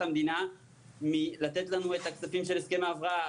המדינה מלתת לנו את הכספים של הסכם ההבראה.